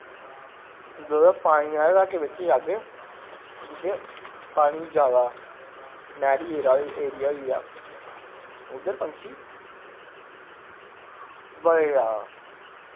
जुल्लै पानी आह्लै लाह्कै विच जाग्गे जित्थें पानी जैदा नैह्री एरा एरिया होई गेया उद्दर पंक्षी बड़े जैदा